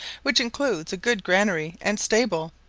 which includes a good granary and stable,